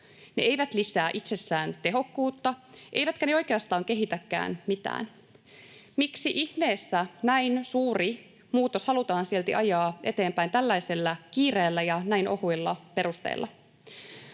ne eivät lisää itsessään tehokkuutta, eivätkä ne oikeastaan kehitäkään mitään. Miksi ihmeessä näin suuri muutos halutaan silti ajaa eteenpäin tällaisella kiireellä ja näin ohuilla perusteilla?